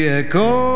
echo